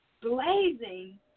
blazing